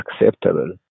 acceptable